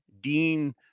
Dean